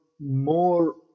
more